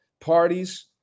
parties